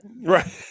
Right